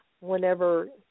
whenever